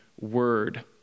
word